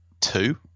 two